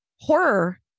horror